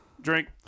Drink